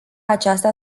aceasta